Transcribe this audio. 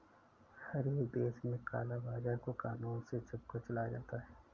हर एक देश में काला बाजार को कानून से छुपकर चलाया जाता है